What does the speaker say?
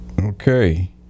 Okay